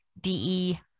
DE